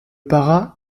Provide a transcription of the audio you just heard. pará